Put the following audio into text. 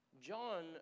John